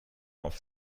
auf